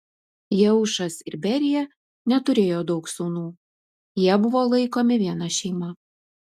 jeušas ir berija neturėjo daug sūnų jie buvo laikomi viena šeima